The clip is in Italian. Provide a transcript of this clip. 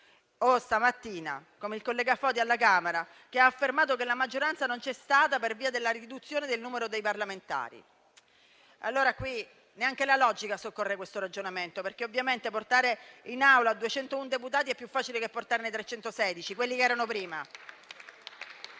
altro - come il collega Foti stamattina alla Camera - ha affermato che la maggioranza non c'è stata per via della riduzione del numero dei parlamentari. Neanche la logica soccorre questo ragionamento, perché ovviamente portare in Aula 201 deputati è più facile che portarne 316, quelli che erano prima.